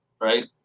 right